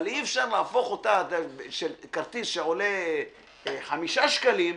אבל אי אפשר להפוך אותה כרטיס שעולה חמישה שקלים,